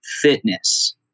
fitness